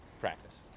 Practice